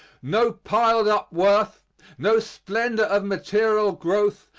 no piled-up wealth, no splendor of material growth,